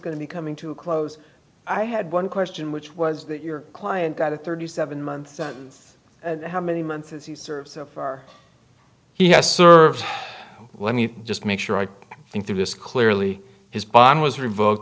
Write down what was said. going to be coming to a close i had one question which was that your client got a thirty seven month sentence how many months as you serve so far he has served let me just make sure i think through this clearly his bond was revoked